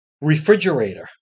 Refrigerator